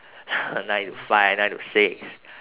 nine to five nine to six